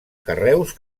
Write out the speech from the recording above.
carreus